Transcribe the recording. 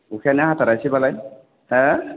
अखायानो हाथारासै बालाय